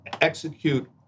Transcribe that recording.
execute